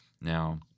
now